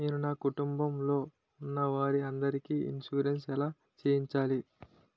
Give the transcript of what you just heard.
నేను నా కుటుంబం లొ ఉన్న వారి అందరికి ఇన్సురెన్స్ ఎలా చేయించాలి?